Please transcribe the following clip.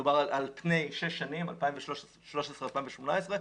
מדובר על פני שש שנים - 2018-2013 כ-15